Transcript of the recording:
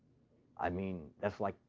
i mean, that's, like,